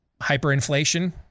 hyperinflation